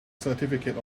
certificate